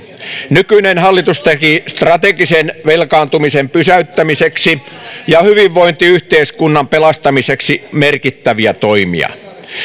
nykyinen hallitus teki strategisen velkaantumisen pysäyttämiseksi ja hyvinvointiyhteiskunnan pelastamiseksi merkittäviä toimia